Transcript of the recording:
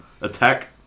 Attack